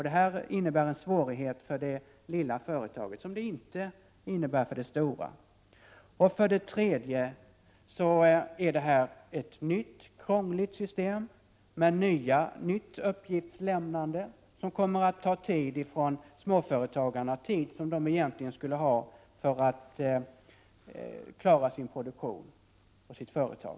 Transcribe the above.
Detta innebär sådana svårigheter för det lilla företaget som det stora inte drabbas av. För det tredje är det här ett nytt och krångligt system, med nya krav på uppgiftsutlämnande, som kommer att ta tid från småföretagarna — tid som de egentligen skulle behöva för att klara sin produktion och sitt företag.